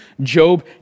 Job